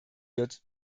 wird